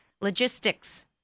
logistics